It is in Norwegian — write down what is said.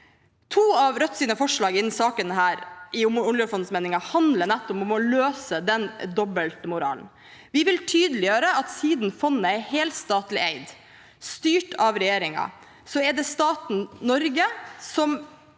To av Rødts forslag i denne saken, om oljefondsmeldingen, handler nettopp om å løse den dobbeltmoralen. Vi vil tydeliggjøre at siden fondet er helstatlig eid, styrt av regjeringen, er det staten Norge som